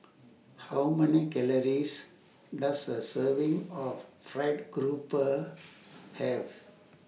How Many Calories Does A Serving of Fried Garoupa Have